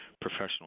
professional